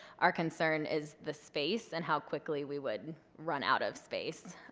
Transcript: our concern is the space and how quickly we would run out of space.